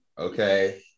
okay